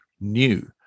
new